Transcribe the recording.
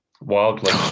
Wildly